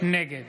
נגד